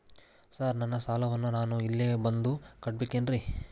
Sir ನನ್ನ ಸಾಲವನ್ನು ನಾನು ಇಲ್ಲೇ ಬಂದು ಕಟ್ಟಬೇಕೇನ್ರಿ?